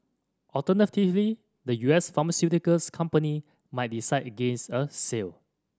alternatively the U S pharmaceuticals company might decide against a sale